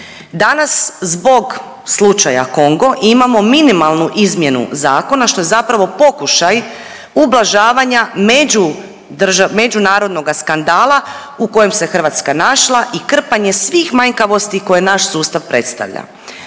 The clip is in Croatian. Danas zbog slučaja Kongo imamo minimalnu izmjenu zakona, što je zapravo pokušaj ublažavanja međudrža…, međunarodnoga skandala u kojem se Hrvatska našla i krpanje svih manjkavosti koje naš sustav predstavlja.